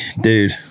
Dude